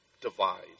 divide